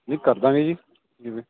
ਨਹੀਂ ਕਰ ਦਾਂਗੇ ਜੀ ਜਿਵੇਂ